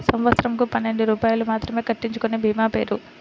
సంవత్సరంకు పన్నెండు రూపాయలు మాత్రమే కట్టించుకొనే భీమా పేరు?